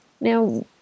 Now